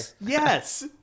Yes